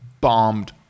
bombed